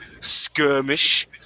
skirmish